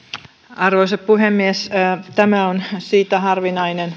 arvoisa puhemies tämä on siitä harvinainen